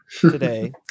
today